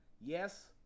Yes